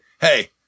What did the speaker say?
hey